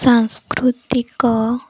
ସାଂସ୍କୃତିକ